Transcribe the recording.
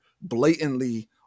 blatantly